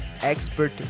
Expert